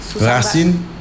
Racine